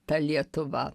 ta lietuva